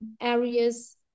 areas